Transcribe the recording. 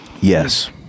Yes